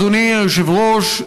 אדוני היושב-ראש,